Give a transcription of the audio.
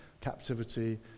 captivity